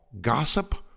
gossip